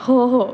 हो हो